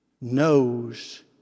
knows